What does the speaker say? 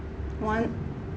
one